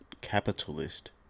capitalist